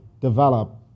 develop